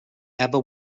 ever